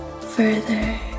further